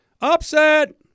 upset